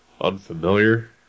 unfamiliar